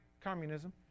communism